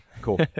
Cool